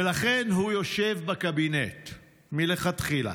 ולכן הוא יושב בקבינט מלכתחילה.